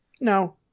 no